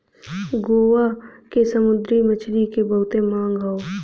गोवा के समुंदरी मछरी के बहुते मांग हौ